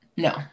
No